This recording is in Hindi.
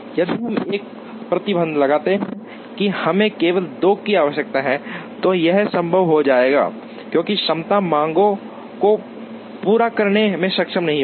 यदि हम एक प्रतिबंध लगाते हैं कि हमें केवल 2 की आवश्यकता है तो यह संभव हो जाएगा क्योंकि क्षमता मांगों को पूरा करने में सक्षम नहीं होगी